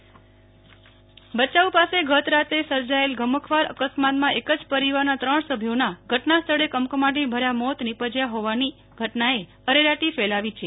Nehal Thakkar Bhachau અકસ્માત ભયાઉ પાસે ગત રાત્રે સર્જાયેલ ગમખ્વાર અકસ્માતમાં એક જ પરિવારના ત્રણ સભ્યોના ઘટનાસ્થળે કમકમાટી ભર્યા મોત નિપજ્યા હોવાની ઘટનાએ અરેરાટી ફેલાવી છે